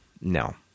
no